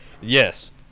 Yes